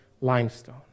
limestone